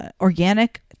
organic